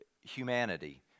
humanity